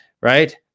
right